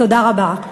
תודה רבה.